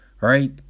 Right